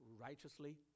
righteously